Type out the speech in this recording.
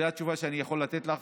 זו התשובה שאני יכול לתת לך.